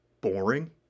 boring